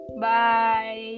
Bye